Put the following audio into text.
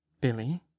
Billy